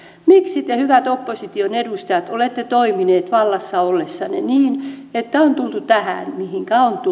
miksi te hyvät opposition edustajat olette toimineet vallassa ollessanne niin että on tultu tähän mihinkä on tultu